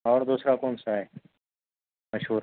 اور دوسرا کون سا ہے مشہور